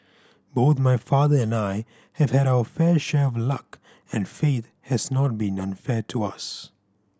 both my father and I have had our fair share of luck and fate has not been unfair to us